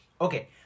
Okay